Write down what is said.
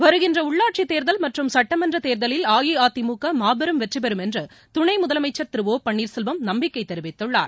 வருகின்ற உள்ளாட்சித்தேர்தல் மற்றும் சட்டமன்றத் தேர்தலில் அஇஅதிமுக மாபெரும் வெற்றிபெறும் என்று துணை முதலமைச்சர் திரு ஒபன்னீர்செல்வம் நம்பிக்கை தெரிவித்துள்ளார்